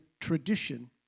tradition